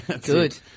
Good